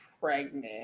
pregnant